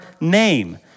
name